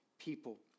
people